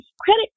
Credit